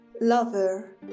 lover